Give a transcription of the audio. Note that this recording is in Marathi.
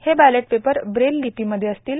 हे बॅलेट पेपर ब्रेल लिपीमध्ये असतील